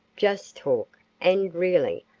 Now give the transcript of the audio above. just talk, and really,